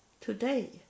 today